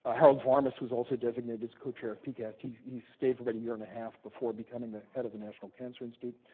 ah harold varmus was also designated as co-chair of pcast. he he stayed for a year and a half before becoming the head of the national cancer institute.